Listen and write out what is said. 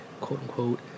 quote-unquote